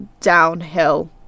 downhill